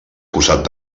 acusat